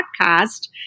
podcast